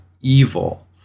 evil